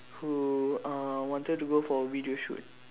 who uh wanted to go for a video shoot